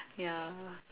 ya